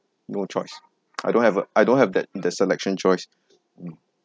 no choice I don't have a I don't have that the selection choice mm